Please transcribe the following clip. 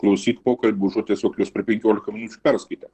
klausyt pokalbių užuot tiesiog juos per penkiolika minučių perskaitė